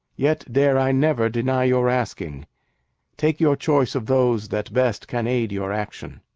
yet dare i never deny your asking take your choice of those that best can aid your action.